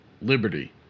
Liberty